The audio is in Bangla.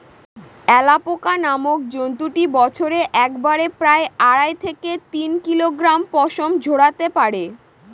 অ্যালাপোকা নামক জন্তুটি বছরে একবারে প্রায় আড়াই থেকে তিন কিলোগ্রাম পশম ঝোরাতে পারে